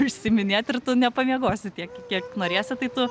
užsiiminėt ir tu nepamiegosi tiek kiek norėsi tai tu